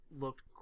looked